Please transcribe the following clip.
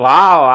Wow